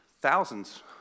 thousands